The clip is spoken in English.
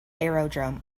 aerodrome